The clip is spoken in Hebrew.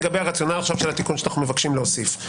לגבי הרציונל של התיקון שאנחנו מבקשים להוסיף.